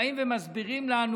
באים ומסבירים לנו